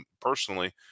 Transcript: personally